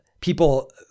people